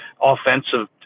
offensive